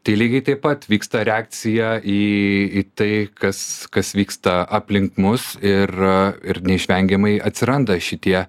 tai lygiai taip pat vyksta reakcija į tai kas kas vyksta aplink mus ir ir neišvengiamai atsiranda šitie